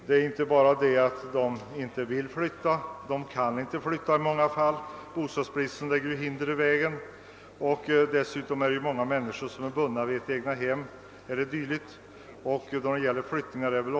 Det är inte bara så, att de inte vill flytta, utan i många fall kan de inte heller göra det eftersom bostadsbristen lägger hinder i vägen.